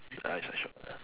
the eyes are sharp